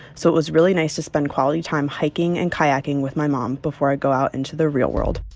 so it was really nice to spend quality time hiking and kayaking with my mom before i go out into the real world.